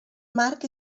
marc